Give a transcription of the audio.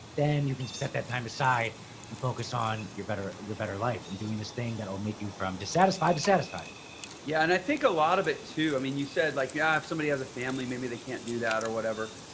then you can set that time aside and focus on you're better you're better life and doing this thing that will make you from dissatisfied to satisfied. jeff lerner yeah. and i think a lot of it too, i mean, you said like yeah if somebody has a family, maybe they can't do that or whatever,